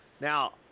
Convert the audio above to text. Now